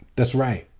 that's right.